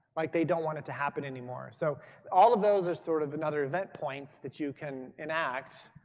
like they don't want it to happen anymore, so all of those are sort of another event points that you can enact,